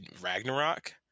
Ragnarok